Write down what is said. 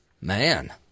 Man